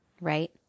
right